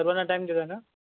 सर्वांना टाईम देता ना